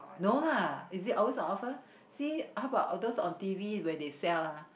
no lah is it always on offer see how bout all those on t_v when they sell ah